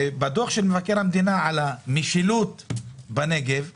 בדוח של מבקר המדינה על המשילות בנגב נכתב: